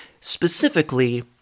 specifically